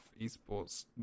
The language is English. esports